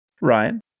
Ryan